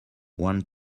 one